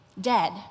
Dead